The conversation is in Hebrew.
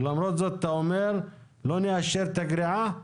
ולמרות זאת אתה אומר לא נאשר את הגריעה.